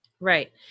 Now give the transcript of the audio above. right